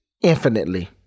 infinitely